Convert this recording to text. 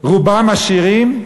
רובם עשירים,